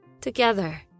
together